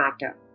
matter